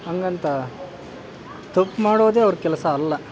ಹಾಗಂತ ತಪ್ಪು ಮಾಡೋದೇ ಅವರ ಕೆಲಸ ಅಲ್ಲ